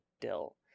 dill